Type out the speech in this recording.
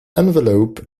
envelope